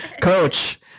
Coach